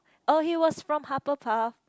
oh he was from Hufflepuff